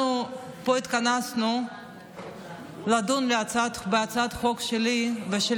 אנחנו פה התכנסנו לדון בהצעת חוק שלי ושל